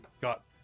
got